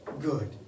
good